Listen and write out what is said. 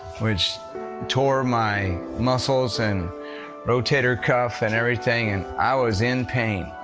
which tore my muscles and rotator cuff and everything. and i was in pain.